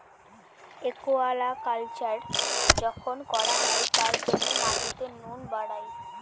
aquaculture যখন করা হয় তার জন্য মাটিতে নুন বাড়ায়